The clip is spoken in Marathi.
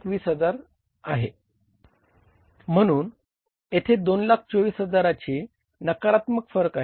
म्हणून येथे 224000 चे नकारात्मक फरक आहे